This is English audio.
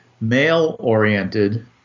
male-oriented